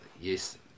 Yes